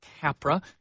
Capra